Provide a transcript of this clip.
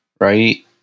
right